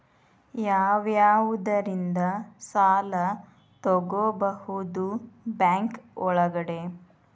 ಯಾವ್ಯಾವುದರಿಂದ ಸಾಲ ತಗೋಬಹುದು ಬ್ಯಾಂಕ್ ಒಳಗಡೆ?